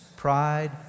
Pride